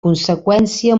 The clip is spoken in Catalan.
conseqüència